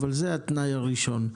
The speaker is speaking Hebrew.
זה התנאי הראשון,